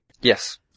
Yes